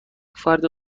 فردی